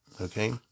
okay